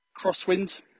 crosswind